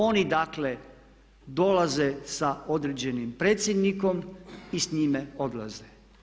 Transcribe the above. Oni dakle dolaze sa određenim predsjednikom i s njime odlaze.